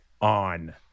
on